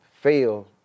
fail